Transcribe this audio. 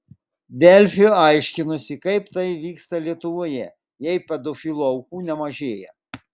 delfi aiškinosi kaip tai vyksta lietuvoje jei pedofilų aukų nemažėja